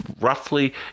roughly